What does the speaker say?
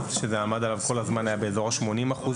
שזה עמד עליו כל הזמן היה באזור ה-80%.